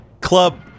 Club